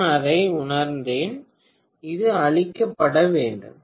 நான் அதை உணர்ந்தேன் இது அழிக்கப்பட வேண்டும்